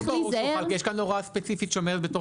יש כאן הוראה ספציפית שאומרת בתוך